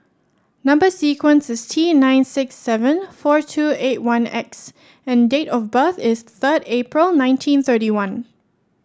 number sequence is T nine six seven four two eight one X and date of birth is third April nineteen thirty one